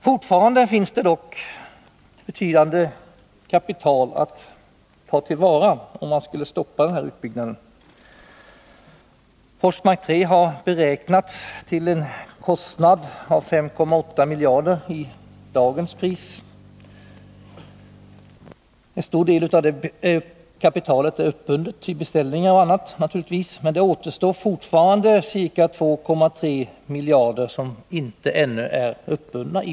Fortfarande finns det dock betydande kapital att ta till vara om utbyggnaden stoppas. Kostnaderna för Forsmark 3 har beräknats till 5,8 miljarder kronor i dagens pris. En stor del av det kapitalet är uppbundet i beställningar och annat. Men det återstår fortfarande ca 2,3 miljarder som inte ännu är uppbundna.